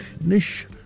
nish